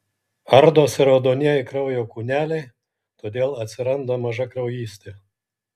ardosi raudonieji kraujo kūneliai todėl atsiranda mažakraujystė